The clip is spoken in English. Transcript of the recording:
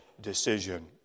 decision